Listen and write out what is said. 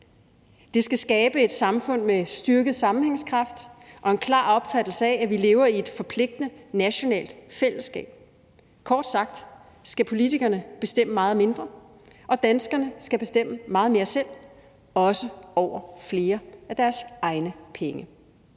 Det skal skabe et samfund med styrket sammenhængskraft og en klar opfattelse af, at vi lever i et forpligtende nationalt fællesskab. Kort sagt skal politikerne bestemme meget mindre, og danskerne skal bestemme meget mere selv, også over flere af deres egne penge.